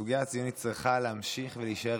הסוגיה הציונית צריכה להמשיך להישאר